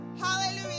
hallelujah